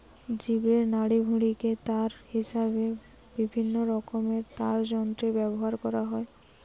জীবের নাড়িভুঁড়িকে তার হিসাবে বিভিন্নরকমের তারযন্ত্রে ব্যাভার কোরা হয়